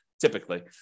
typically